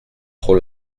trop